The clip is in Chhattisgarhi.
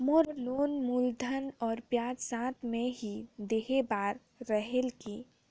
मोर लोन मूलधन और ब्याज साथ मे ही देहे बार रेहेल की?